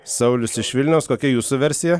saulius iš vilniaus kokia jūsų versija